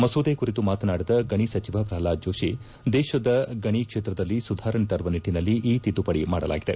ಮಸೂದೆ ಕುರಿತು ಮಾತನಾಡಿದ ಗಣಿ ಸಚಿವ ಪ್ರಹ್ಲಾದ್ ಜೋಷಿ ದೇಶದ ಗಣಿ ಕ್ಷೇತ್ರದಲ್ಲಿ ಸುಧಾರಣೆ ತರುವ ನಿಟ್ಟನಲ್ಲಿ ಈ ತಿದ್ದುಪಡಿ ಮಾಡಲಾಗಿದೆ